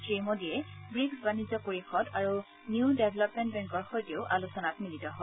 শ্ৰীমোদীয়ে ৱিক্ছ বাণিজ্য পৰিষদ আৰু নিউ ডেভলপমেণ্ট বেংকৰ সৈতেও আলোচনাত মিলিত হয়